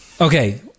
Okay